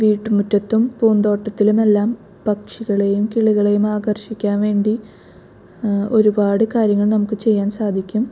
വീട്ടുമുറ്റത്തും പൂന്തോട്ടത്തിലുമെല്ലാം പക്ഷികളെയും കിളികളെയും ആകർഷിക്കാൻ വേണ്ടി ഒരുപാട് കാര്യങ്ങൾ നമുക്ക് ചെയ്യാൻ സാധിക്കും